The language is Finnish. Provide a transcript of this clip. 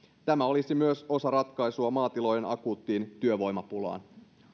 tämä olisi myös osa ratkaisua maatilojen akuuttiin työvoimapulaan